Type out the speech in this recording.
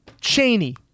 Cheney